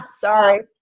Sorry